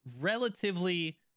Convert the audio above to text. relatively